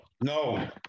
no